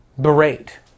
Berate